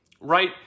right